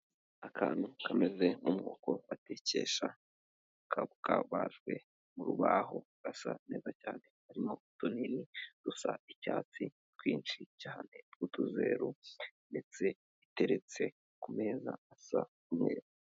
Akantu kameze nk'umwuko batekesha kabajwe mu rubaho gasa neza cyane, harimo utunini dusa icyatsi twinshi cyane tw'utuzeru ndetse duteretse ku meza asa umweru.